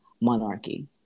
monarchy